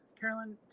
Carolyn